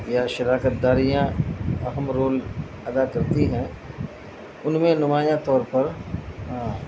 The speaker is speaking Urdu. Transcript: یا شراکت داریاں اہم رول ادا کرتی ہیں ان میں نمایاں طور پر